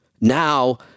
Now